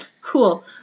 Cool